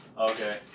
Okay